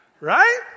Right